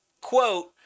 quote